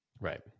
Right